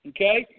Okay